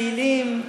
פעילים,